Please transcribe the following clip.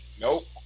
Nope